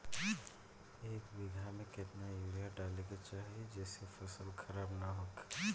एक बीघा में केतना यूरिया डाले के चाहि जेसे फसल खराब ना होख?